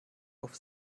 auf